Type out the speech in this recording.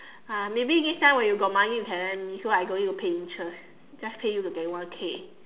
uh maybe next time when you got money you can lend me so I don't need to pay interest just pay you to get one K